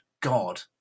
God